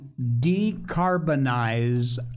decarbonize